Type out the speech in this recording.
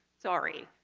sorry!